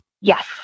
Yes